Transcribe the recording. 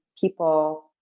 people